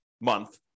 month